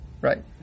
Right